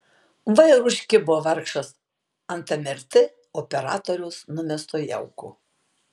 va ir užkibo vargšas ant mrt operatoriaus numesto jauko